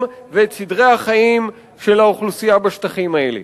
ואת סדרי החיים של האוכלוסייה בשטחים האלה.